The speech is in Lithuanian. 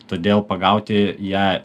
todėl pagauti ją